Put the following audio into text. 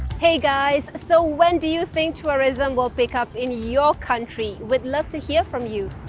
hey, guys. so when do you think tourism will pick up in your country? we'd love to hear from you.